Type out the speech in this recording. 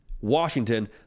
Washington